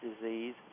disease